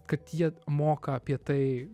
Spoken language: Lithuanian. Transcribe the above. kad jie moka apie tai